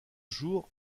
jour